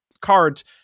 cards